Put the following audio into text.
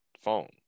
phone